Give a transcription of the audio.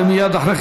ומייד אחריו,